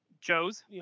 Joes